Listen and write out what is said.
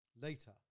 Later